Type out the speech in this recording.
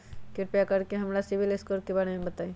कृपा कर के हमरा सिबिल स्कोर के बारे में बताई?